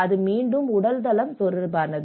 அது மீண்டும் உடல்நலம் தொடர்பானது